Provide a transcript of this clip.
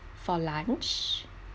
for lunch